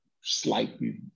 slightly